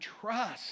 trust